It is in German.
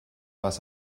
was